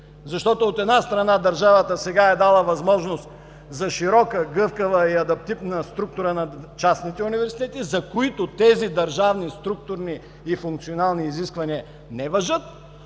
Защото, от една страна, държавата сега е дала възможност за широка, гъвката и адаптивна структура на частните университети, за които тези държавни структурни и функционални изисквания не важат,